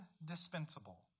indispensable